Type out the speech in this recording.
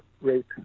rate